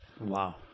Wow